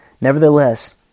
Nevertheless